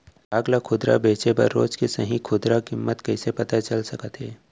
साग ला खुदरा बेचे बर रोज के सही खुदरा किम्मत कइसे पता चल सकत हे?